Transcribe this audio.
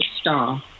star